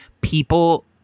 people